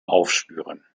aufspüren